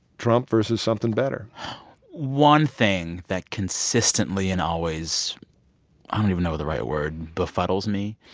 trump versus something better one thing that consistently and always i don't even know the right word befuddles me,